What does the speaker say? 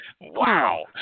Wow